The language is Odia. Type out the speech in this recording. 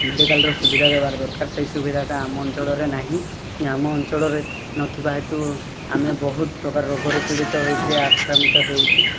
ମେଡ଼ିକାଲ୍ର ସୁବିଧା ଦବାର ଦରକାର ସେଇ ସୁବିଧାଟା ଆମ ଅଞ୍ଚଳରେ ନାହିଁ ଆମ ଅଞ୍ଚଳରେ ନଥିବା ହେତୁ ଆମେ ବହୁତ ପ୍ରକାର ରୋଗରେ ପୀଡ଼ିତ ହୋଇକିରି ଆକ୍ରମିତ ହେଉଛୁ